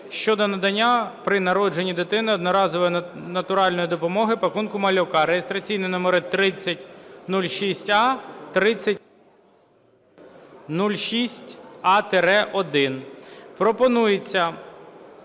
щодо надання при народженні дитини одноразової натуральної допомоги "пакунок малюка" (реєстраційні номери 3006а,